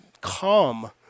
calm